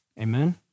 Amen